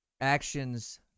actions